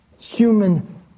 human